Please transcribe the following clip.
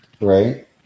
Right